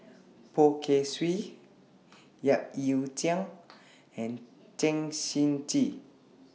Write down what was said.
Poh Kay Swee Yap Ee Chian and Chen Shiji